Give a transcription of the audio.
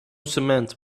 cement